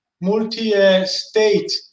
multi-state